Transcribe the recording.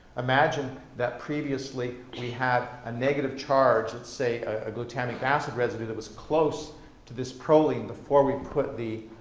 imagine that previously we had a negative charge, let's say a glutamic acid residue, that was close to this proline before we put the